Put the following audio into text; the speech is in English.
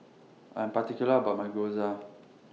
I'm particular about My Gyoza